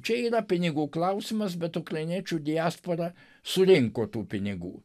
čia yra pinigų klausimas bet ukrainiečių diaspora surinko tų pinigų